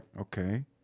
okay